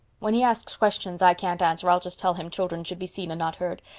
when he asks questions i can't answer i'll just tell him children should be seen and not heard.